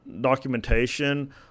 documentation